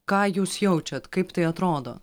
ką jūs jaučiat kaip tai atrodo